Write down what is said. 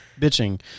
bitching